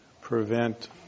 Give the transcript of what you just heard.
prevent